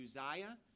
Uzziah